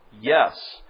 Yes